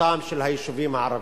התפתחותם של היישובים הערביים.